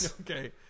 Okay